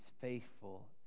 faithful